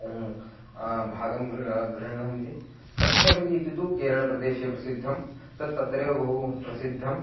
भागं गृ गृह्णन्ति कत्थकलि इति तु केरळप्रदेशे प्रसिद्धं तत् तत्रैव बहु प्रसिद्धं